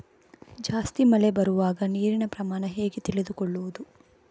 ಜಾಸ್ತಿ ಮಳೆ ಬರುವಾಗ ನೀರಿನ ಪ್ರಮಾಣ ಹೇಗೆ ತಿಳಿದುಕೊಳ್ಳುವುದು?